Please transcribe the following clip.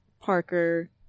parker